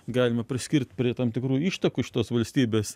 galima priskirt prie tam tikrų ištakų iš tos valstybės